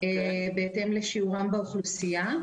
בהתאם לשיעורם באוכלוסייה.